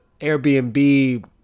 Airbnb